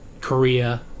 korea